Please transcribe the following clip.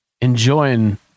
enjoying